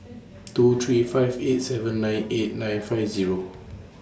two three five eight seven nine eight nine five Zero